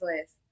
list